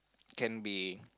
can be